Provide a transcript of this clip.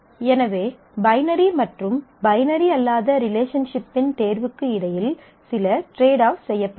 எனவே பைனரி மற்றும் பைனரி அல்லாத ரிலேஷன்ஷிப்பின் தேர்வுக்கு இடையில் சில டிரேட் ஆஃப் செய்யப்படலாம்